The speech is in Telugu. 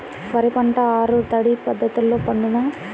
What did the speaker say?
వరి పంట ఆరు తడి పద్ధతిలో పండునా?